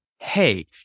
Hey